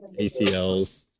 ACLs